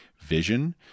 vision